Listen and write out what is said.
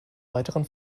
weiteren